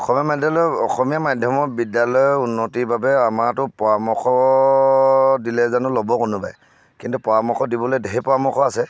অসমীয়া মাধ্যলয় অসমীয়া মাধ্যমৰ বিদ্যালয়ৰ উন্নতিৰ বাবে আমাৰতো পৰামৰ্শ দিলে জানো ল'ব কোনোবাই কিন্তু পৰামৰ্শ দিবলৈ ঢেৰ পৰামৰ্শ আছে